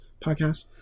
podcast